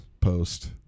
post